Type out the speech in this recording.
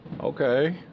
okay